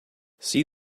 see